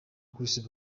chris